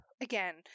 again